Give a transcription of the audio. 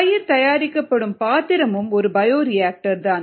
தயிர் தயாரிக்கப்படும் பாத்திரமும் ஒரு பயோரியாக்டர் தான்